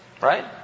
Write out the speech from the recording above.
Right